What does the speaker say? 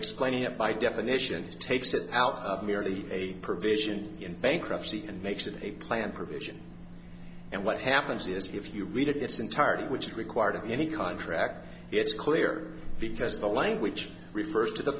explaining it by definition takes it out of nearly a provision in bankruptcy and makes it a plan provision and what happens is if you read it it's entirety which required in any contract it's clear because the language refers to the